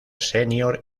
senior